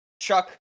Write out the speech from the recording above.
Chuck